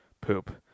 poop